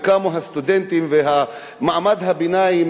וקמו הסטודנטים ומעמד הביניים